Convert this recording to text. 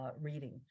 reading